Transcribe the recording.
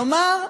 כלומר,